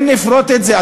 אם נפרוט את זה,